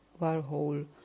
Warhol